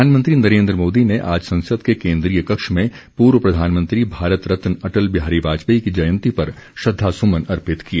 प्रधानमंत्री नरेन्द्र मोदी ने आज संसद के केन्द्रीय कक्ष में पूर्व प्रधानमंत्री भारत रत्न अटल बिहारी वाजपेयी की जयंती पर श्रद्वासुमन अर्पित किए